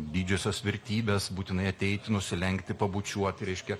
didžiosios vertybės būtinai ateiti nusilenkti pabučiuoti reiškia